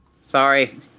Sorry